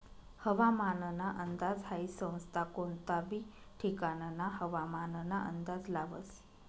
हवामानना अंदाज हाई संस्था कोनता बी ठिकानना हवामानना अंदाज लावस